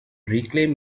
reclaim